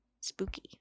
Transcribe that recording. Spooky